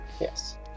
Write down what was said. Yes